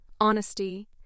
honesty